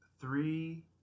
three